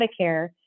Medicare